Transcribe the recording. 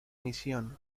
misión